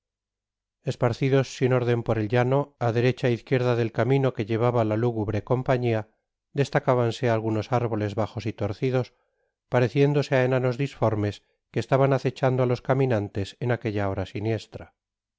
esparcidos sin órden por el llano á derecha é izquierda del camino que llevaba la lúgubre compañia destacábanse algunos árboles bajos y torcidos pareciéndose á enanos disformes que estaban acechando á los caminantes en aquella hora siniestra